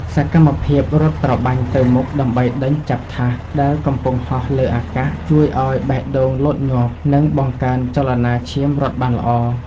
សកម្មភាពរត់ត្របាញ់ទៅមុខដើម្បីដេញចាប់ថាសដែលកំពុងហោះលើអាកាសជួយឱ្យបេះដូងលោតញាប់ និងបង្កើនចលនាឈាមរត់បានល្អ។